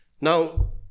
Now